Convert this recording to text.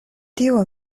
tio